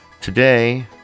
Today